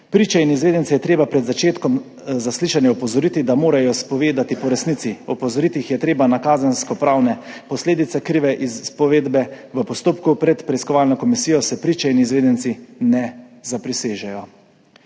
Priče in izvedence je treba pred začetkom zaslišanja opozoriti, da morajo povedati po resnici, opozoriti jih je treba na kazenskopravne posledice, krive izpovedbe, v postopku pred preiskovalno komisijo se priče in izvedenci ne zaprisežejo.